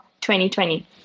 2020